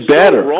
better